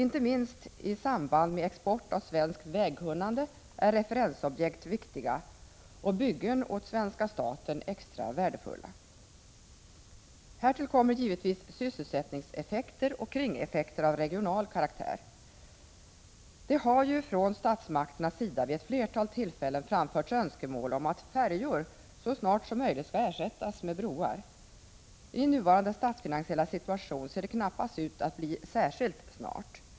Inte minst i samband med export av svenskt vägkunnande är referensobjekt viktiga och byggen åt svenska staten extra värdefulla. Härtill kommer givetvis sysselsättningseffekter och kringeffekter av regional karaktär. Det har ju från statsmakternas sida vid flera tillfällen framförts önskemål om att färjor så snart som möjligt skall ersättas med broar. I nuvarande statsfinansiella situation ser det knappast ut att bli särskilt snart.